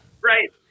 Right